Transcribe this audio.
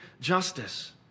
justice